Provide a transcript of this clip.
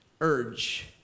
urge